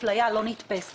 זאת אפליה לא נתפסת.